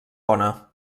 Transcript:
bona